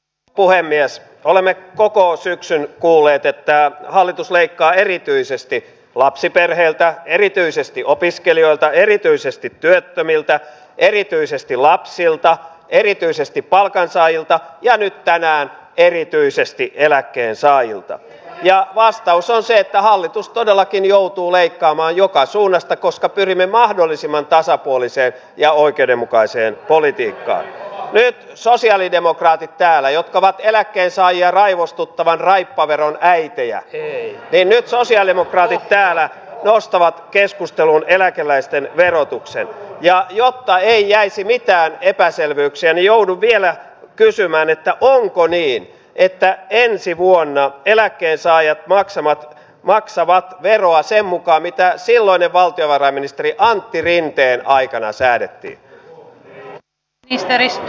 puhelias olemme koko syksyn kuulleet että hallitus leikkaa erityisesti lapsiperheiltä erityisesti opiskelijoilta erityisesti työttömiltä erityisesti lapsilta erityisesti palkansaajilta ja nyt tänään erityisesti eläkkeensaajilta ja vastaus eduskunta edellyttää että hallitus todellakin joutuu leikkaamaan joka suunnasta varmistaa kelan lakisääteisen toiminnan ja oikeudenmukaiseen politiikkaan lied sosialidemokraatit täällä jo kova eläkkeensaajia raivostuttavan raippaveron äitejä ei vienyt sosialidemokraatit täällä loistava asiakkaiden oikeusturvan toteutumisen ja jotta ei jäisi mitään epäselvyyksiä joudun vielä kysymään että onko niin että ensi vuonna eläkkeensaajat maksamat maksavat veroa sen mukaan mitään silloinen valtiovarainministeri antti rinteen aikana osoittaa tarvittaessa lisärahoitusta toimintaan